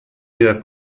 era